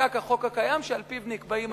ונחקק החוק הקיים, שעל-פיו נקבעים